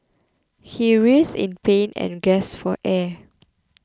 he writhed in pain and gasped for air